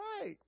right